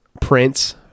prints